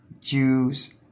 Jews